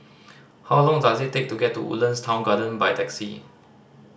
how long does it take to get to Woodlands Town Garden by taxi